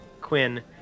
Quinn